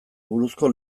buruzko